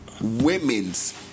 women's